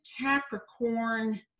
Capricorn